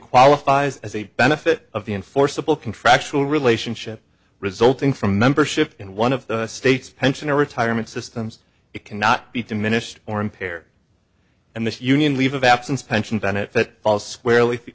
qualifies as a benefit of the enforceable contractual relationship resulting from membership in one of the state's pension or retirement systems it cannot be diminished or impaired and this union leave of absence pension bennett falls squarely